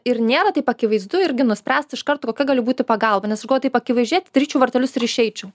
ir nėra taip akivaizdu irgi nuspręst iš karto kokia galiu būti pagalba nes aš galvoju taip akivaizdžiai atidaryčiau vartelius ir išeičiau